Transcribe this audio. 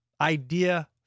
Idea